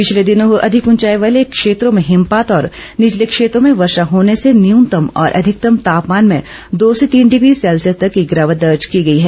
पिछले दिनों अधिक ऊंचाई वाले क्षेत्रों में हिमपात और निचले क्षेत्रों में वर्षा होने से न्यूनतम और अधिकतम तापमान में दो से तीन डिग्री सेल्सियस तक की गिरावट दर्ज की गई है